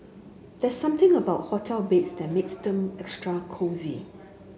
there's something about hotel beds that makes them extra cosy